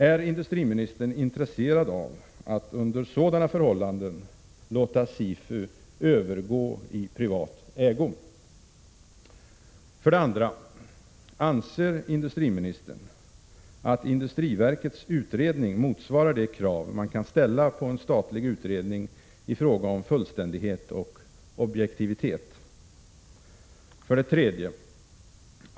Är industriministern intresserad av att under sådana förhållanden låta SIFU övergå i privat ägo? 2. Anser industriministern att industriverkets utredning motsvarar de krav man kan ställa på en statlig utredning i fråga om fullständighet och objektivitet? 3.